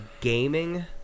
gaming